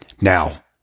Now